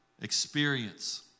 experience